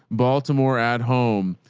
baltimore at home.